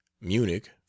munich